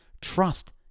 trust